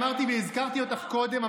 אמרתי והזכרתי אותך קודם.